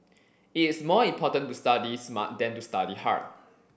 it is more important to study smart than to study hard